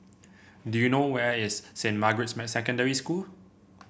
do you know where is Saint Margaret's Secondary School